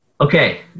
Okay